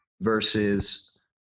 versus